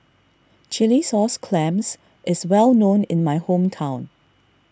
Chilli Sauce Clams is well known in my hometown